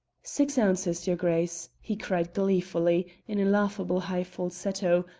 six ounces, your grace! he cried gleefully, in a laughable high falsetto,